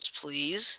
please